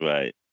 Right